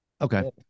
Okay